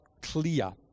clear